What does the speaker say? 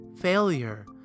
failure